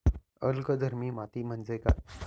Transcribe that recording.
अल्कधर्मी माती म्हणजे काय?